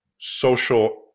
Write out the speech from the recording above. social